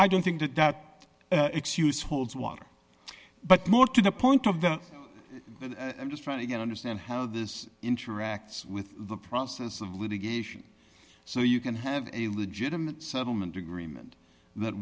i don't think that that excuse holds water but more to the point of the just trying to get understand how this interacts with the process of litigation so you can have a legitimate settlement agreement that